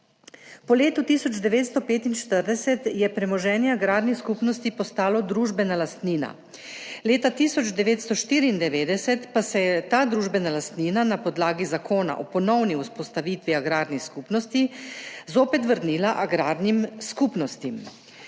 Po letu 1945 je premoženje agrarnih skupnosti postalo družbena lastnina, leta 1994 pa se je ta družbena lastnina na podlagi Zakona o ponovni vzpostavitvi agrarnih skupnosti zopet vrnila agrarnim skupnostim.